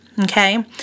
okay